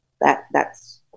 that—that's